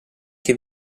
che